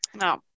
No